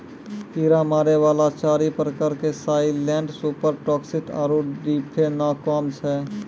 कीड़ा मारै वाला चारि प्रकार के साइलेंट सुपर टॉक्सिक आरु डिफेनाकौम छै